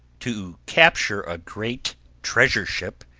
to capture a great treasure ship,